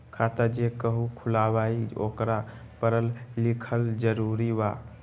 खाता जे केहु खुलवाई ओकरा परल लिखल जरूरी वा?